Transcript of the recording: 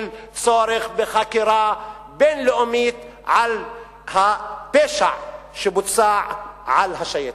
צורך בחקירה בין-לאומית על הפשע שבוצע על השייטת,